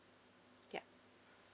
yup